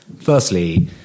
Firstly